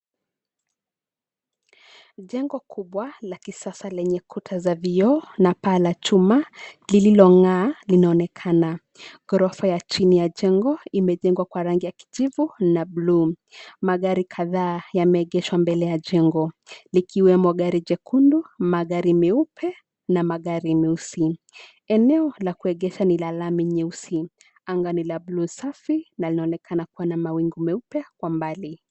Jengo kubwa la kisasa lenye kuta za vioo na paa la chuma lililong'aa linaonekana. Ghorofa ya chini ya jengo imejengwa kwa rangi ya kijivu na bluu. Magari kadhaa yameegeshwa mbele ya jengo likiwemo gari jekundu, magari meupe na magari meusi. Eneo la kuegesha ni la lami nyeusi. Anga ni la bluu safi na linaonekana kuwa na mawingu meupe kwa mbali.